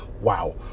wow